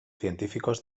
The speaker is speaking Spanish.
científicos